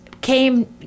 came